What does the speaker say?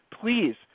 Please